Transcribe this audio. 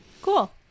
cool